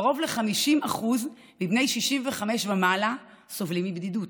קרוב ל-50% מבני ה-65 ומעלה סובלים מבדידות.